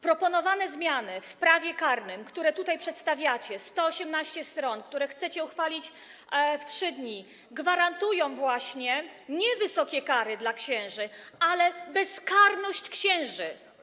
Proponowane zmiany w prawie karnym, które tutaj przedstawiacie - 118 stron, które chcecie uchwalić w 3 dni - gwarantują nie wysokie kary dla księży, ale bezkarność księży.